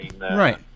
right